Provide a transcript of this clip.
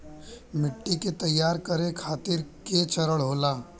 मिट्टी के तैयार करें खातिर के चरण होला?